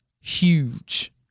huge